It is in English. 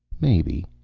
maybe.